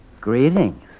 Greetings